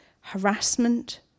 harassment